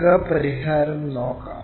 നമുക്ക് പരിഹാരം നോക്കാം